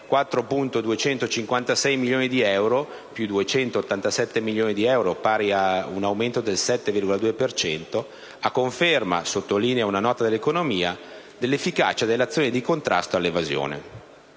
4.256 milioni di euro (più 287 milioni di euro pari ad un aumento del 7,2 per cento), a conferma, sottolinea una nota dell'Economia, «dell'efficacia dell'azione di contrasto all'evasione».